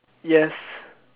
yes